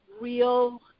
real